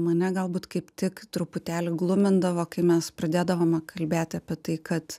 mane galbūt kaip tik truputėlį glumindavo kai mes pradėdavome kalbėti apie tai kad